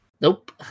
Nope